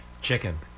Chicken